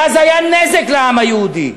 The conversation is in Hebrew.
ואז היה נזק לעם היהודי.